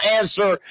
answer